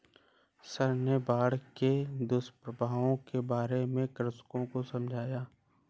sir ने बाढ़ के दुष्प्रभावों के बारे में कृषकों को समझाया